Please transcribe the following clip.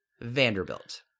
Vanderbilt